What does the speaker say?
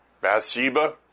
Bathsheba